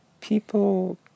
people